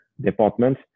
department